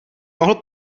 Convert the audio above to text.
mohl